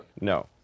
no